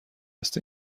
دست